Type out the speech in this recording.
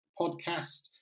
podcast